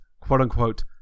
quote-unquote